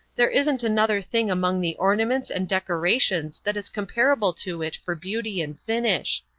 there isn't another thing among the ornaments and decorations that is comparable to it for beauty and finish.